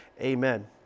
amen